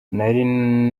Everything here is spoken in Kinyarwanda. nari